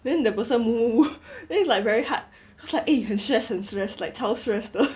then the person move move move then is like very hard cause like eh 很 stress 很 stress 超 stress 的